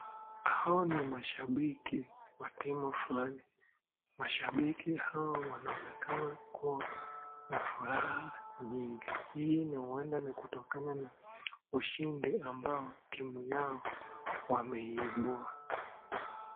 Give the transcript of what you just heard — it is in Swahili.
Hao ni mashabiki wa timu fulani. Mashabiki hao wanaonekana kuwa na furaha nyingi. Hii huenda ni kutokana na ushindi ambao timu yao wameibua.